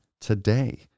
today